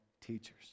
teachers